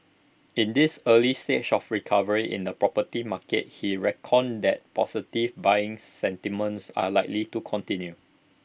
in this early stage of recovery in the property market he reckoned that positive buying sentiments are likely to continue